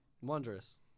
Wondrous